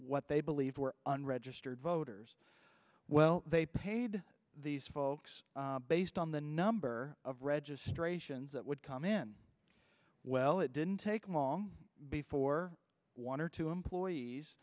what they believe were registered voters well they paid these folks based on the number of registrations that would come in well it didn't take long before one or two employees